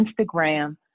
Instagram